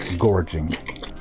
gorging